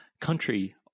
country